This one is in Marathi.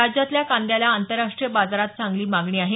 राज्यातल्या कांद्याला आंतरराष्ट्रीय बाजारात चांगली मागणी आहे